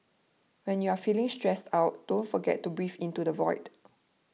when you are feeling stressed out don't forget to breathe into the void